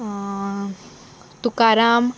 Tukaram